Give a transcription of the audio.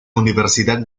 universidad